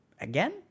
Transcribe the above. Again